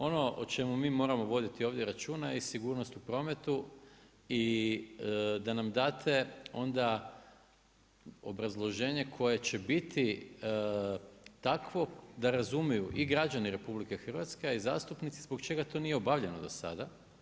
Ono o čemu mi moramo voditi ovdje računa je sigurnost u prometu i da nam date onda obrazloženje koje će biti takvo da razumiju i građani RH, a i zastupnici zbog čega to nije obavljeno do sada.